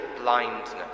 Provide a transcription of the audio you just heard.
blindness